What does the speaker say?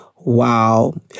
Wow